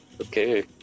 Okay